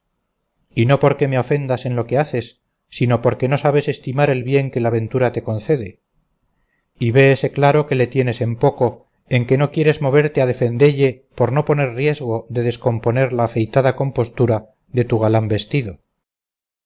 y no porque me ofendas en lo que haces sino porque no sabes estimar el bien que la ventura te concede y véese claro que le tienes en poco en que no quieres moverte a defendelle por no ponerte a riesgo de descomponer la afeitada compostura de tu galán vestido